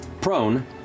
prone